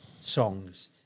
songs